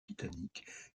titanic